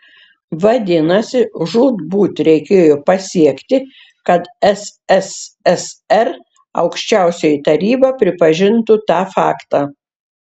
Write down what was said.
vadinasi žūtbūt reikėjo pasiekti kad sssr aukščiausioji taryba pripažintų tą faktą